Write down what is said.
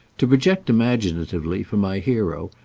to project imaginatively, for my hero,